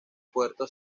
puerto